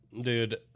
dude